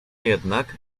jednak